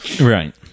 Right